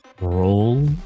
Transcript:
Roll